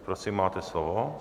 Prosím, máte slovo.